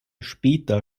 später